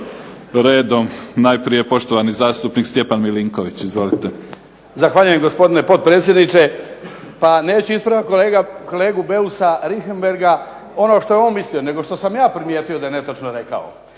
navoda. Najprije poštovani zastupnik Stjepan Milinković. Izvolite. **Milinković, Stjepan (HDZ)** Zahvaljujem, gospodine potpredsjedniče. Pa neću ispraviti kolegu Beusa Richembergha ono što je on mislio nego što sam ja primjetio da je netočno rekao.